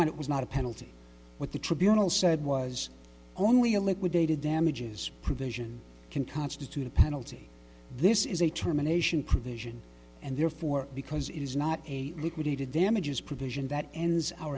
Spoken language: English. find it was not a penalty what the tribunal said was only a liquidated damages provision can constitute a penalty this is a terminations provision and therefore because it is not a liquidated damages provision that ends our